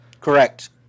Correct